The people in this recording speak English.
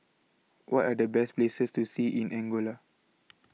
What Are The Best Places to See in Angola